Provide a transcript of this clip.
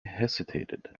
hesitated